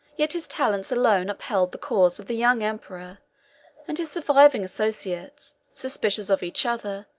yet his talents alone upheld the cause of the young emperor and his surviving associates, suspicious of each other,